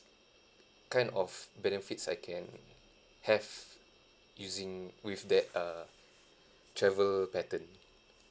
kind of benefits I can have using with that uh travel pattern